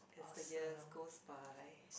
as the years goes by